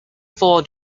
four